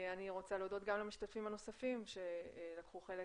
אני רוצה להודות גם למשתתפים הנוספים שלקחו חלק